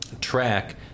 track